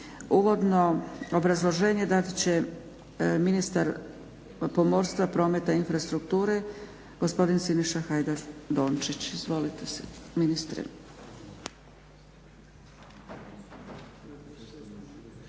Uvodno obrazloženje dat će ministar pomorstva, prometa i infrastrukture gospodin Siniša Hajdaš Dončić. Izvolite ministre.